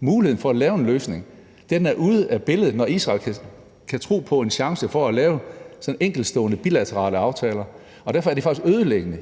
muligheden for at lave en løsning er ude af billedet, når Israel kan tro på en chance for at lave sådanne enkeltstående bilaterale aftaler. Derfor er det i